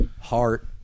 Heart